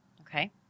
Okay